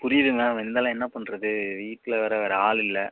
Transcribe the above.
புரியுது மேம் இருந்தாலும் என்ன பண்ணுறது வீட்டில் வேறு வேறு ஆள் இல்லை